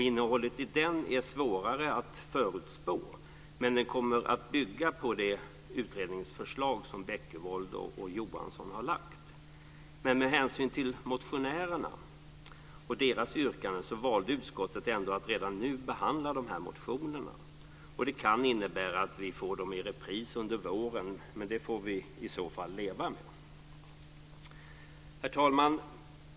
Innehållet i den är svårare att förutspå, men den kommer att bygga på det utredningsförslag som Baekkevold och Johansson har lagt fram. Med hänsyn till motionärerna och deras yrkanden valde utskottet ändå att redan nu behandla de här motionerna. Det kan innebära att vi får dem i repris under våren, men det får vi i så fall leva med. Herr talman!